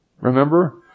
Remember